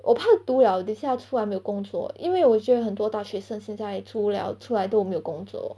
我怕读 liao 等一下出来没有工作因为我觉得很多大学生现在读了出来都没有工作